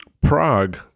Prague